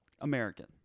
American